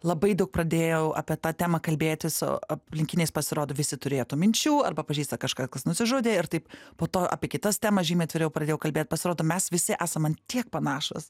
labai daug pradėjau apie tą temą kalbėti su aplinkiniais pasirodo visi turėjo tų minčių arba pažįsta kažką kas nusižudė ir taip po to apie kitas temas žymiai atviriau pradėjau kalbėt pasirodo mes visi esam ant tiek panašūs